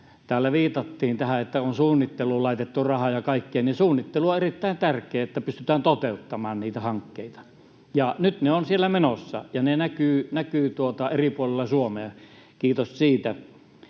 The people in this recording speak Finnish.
täällä viitattiin tähän, että on suunnitteluun ja kaikkeen laitettu rahaa, niin suunnittelu on erittäin tärkeää, että pystytään toteuttamaan niitä hankkeita. Nyt ne ovat siellä menossa, ja ne näkyvät eri puolilla Suomea — kiitos siitä.